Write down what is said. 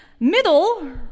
middle